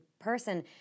person